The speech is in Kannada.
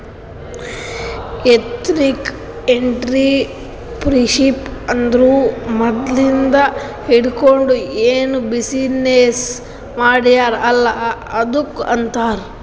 ಎಥ್ನಿಕ್ ಎಂಟ್ರರ್ಪ್ರಿನರ್ಶಿಪ್ ಅಂದುರ್ ಮದ್ಲಿಂದ್ ಹಿಡ್ಕೊಂಡ್ ಏನ್ ಬಿಸಿನ್ನೆಸ್ ಮಾಡ್ಯಾರ್ ಅಲ್ಲ ಅದ್ದುಕ್ ಆಂತಾರ್